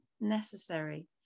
necessary